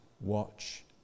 watch